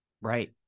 right